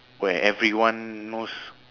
where everyone knows